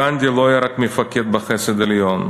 גנדי לא היה רק מפקד בחסד עליון,